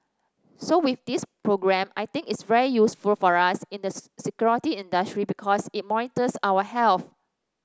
so with this programme I think it's very useful for us in the security industry because it monitors our health